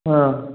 অঁ